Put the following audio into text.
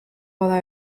bada